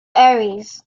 aires